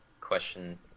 question